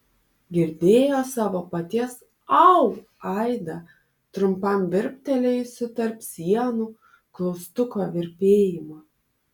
girdėjo savo paties au aidą trumpam virptelėjusį tarp sienų klaustuko virpėjimą